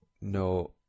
no